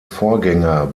vorgänger